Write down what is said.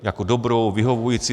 Jako dobrou, vyhovující?